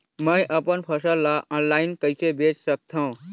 मैं अपन फसल ल ऑनलाइन कइसे बेच सकथव?